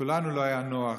לכולנו לא היה נוח,